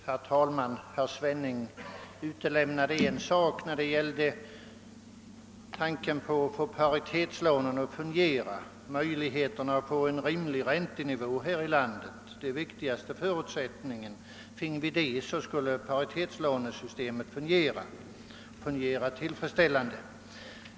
Herr talman! Herr Svenning utelämnade en sak när det gäller möjligheterna att få paritetslånen att fungera, nämligen frågan om att åstadkomma en rimlig räntenivå här i landet. Det är den viktigaste förutsättningen. Finge vi en rimlig räntenivå skulle paritetslånen fungera tillfredsställande.